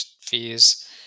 fees